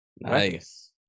Nice